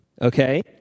Okay